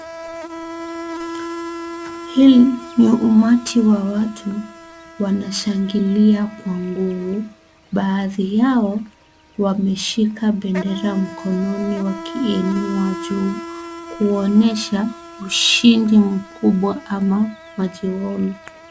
Hii ni umati wa watu, wanashangilia Kwa nguvu, baadhi yao, wameshika bendera mkononi wakiinua juu, kuonyesha ushindi mkubwa ama (CS)majiwoni(CS)